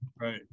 Right